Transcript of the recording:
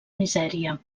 misèria